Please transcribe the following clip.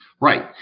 Right